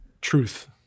truth